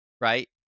right